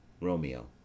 ROMEO